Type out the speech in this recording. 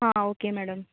हां okay madam